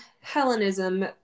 Hellenism